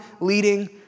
leading